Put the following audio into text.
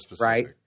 right